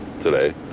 today